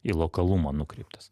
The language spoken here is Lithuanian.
į lokalumą nukreiptos